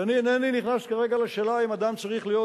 ואני אינני נכנס כרגע לשאלה האם אדם צריך להיות